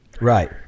right